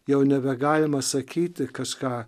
jau nebegalima sakyti kažką